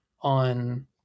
on